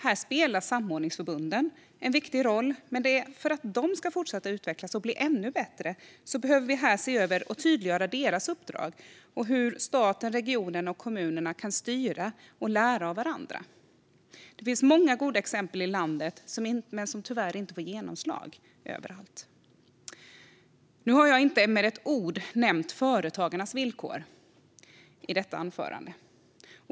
Här spelar samordningsförbunden en viktig roll, men för att de ska fortsätta att utvecklas och bli ännu bättre behöver vi se över och tydliggöra deras uppdrag och hur staten, regionerna och kommunerna kan styra och lära av varandra. Det finns många goda exempel i landet som tyvärr inte får genomslag överallt. Nu har jag inte med ett ord nämnt företagarnas villkor i detta anförande.